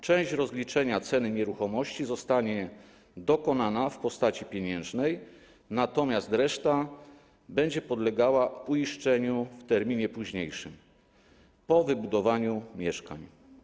Część rozliczenia ceny nieruchomości zostanie dokonana w postaci pieniężnej, natomiast reszta będzie podlegała uiszczeniu w terminie późniejszym, po wybudowaniu mieszkań.